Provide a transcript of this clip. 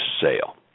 sale